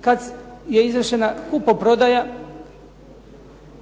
Kad je izvršena kupoprodaja